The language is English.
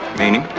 meaning.